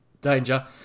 danger